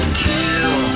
kill